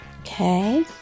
Okay